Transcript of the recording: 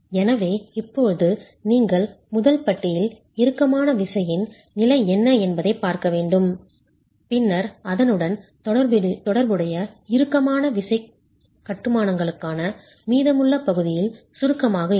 எனவே இப்போது நீங்கள் முதல் பட்டியில் இறுக்கமான விசையின் நிலை என்ன என்பதைப் பார்க்க வேண்டும் பின்னர் அதனுடன் தொடர்புடைய இறுக்கமான விசைகட்டுமானங்களுக்கான மீதமுள்ள பகுதியில் சுருக்கமாக இருக்கும்